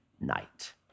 night